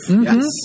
yes